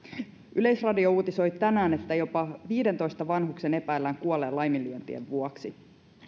yleisradio uutisoi tänään että jopa viidentoista vanhuksen epäillään kuolleen laiminlyöntien vuoksi